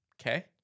okay